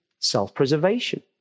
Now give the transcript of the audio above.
Self-preservation